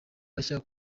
bashya